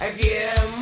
Again